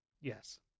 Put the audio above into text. Yes